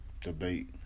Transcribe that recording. debate